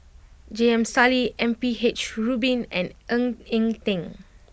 J M Sali M P H Rubin and Ng Eng Teng